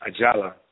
Ajala